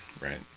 right